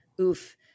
Oof